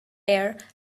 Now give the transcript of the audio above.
air